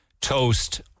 toast